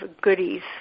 goodies